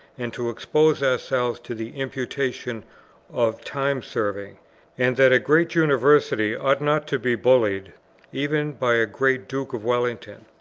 and to expose ourselves to the imputation of time-serving and that a great university ought not to be bullied even by a great duke of wellington.